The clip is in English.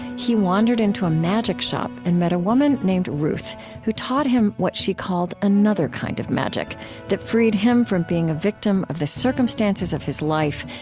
he wandered into a magic shop and met a woman named ruth who taught him what she called another kind of magic that freed him from being a victim of the circumstances of his life,